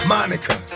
Monica